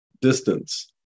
distance